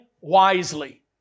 wisely